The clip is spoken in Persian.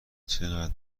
چقدر